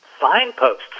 signposts